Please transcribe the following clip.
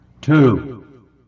two